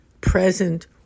present